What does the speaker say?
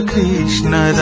Krishna